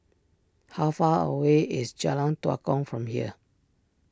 how far away is Jalan Tua Kong from here